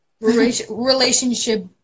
Relationship